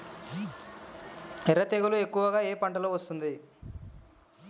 ఎర్ర తెగులు ఎక్కువగా ఏ పంటలో వస్తుంది?